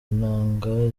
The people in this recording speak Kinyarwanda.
intanga